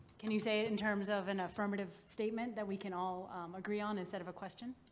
can you say it in terms of an affirmative statement that we can all agree on, instead of a question?